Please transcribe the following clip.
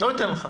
לא אתן לך.